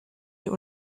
wir